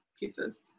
pieces